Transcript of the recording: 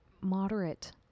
moderate